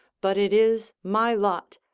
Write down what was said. but it is my lot,